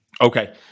okay